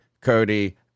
Cody